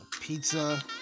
Pizza